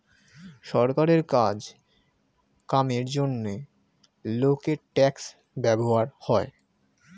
সরকারের কাজ কামের জন্যে লোকের ট্যাক্স ব্যবহার হয়